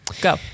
Go